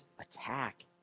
attack